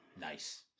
Nice